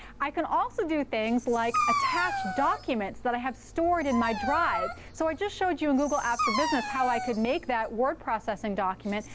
i can also do things like attach documents that i have stored in my drive. so i just showed you in google apps for business how i could make that word processing document.